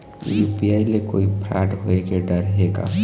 UPI ले कोई fraud होए के डर हे का?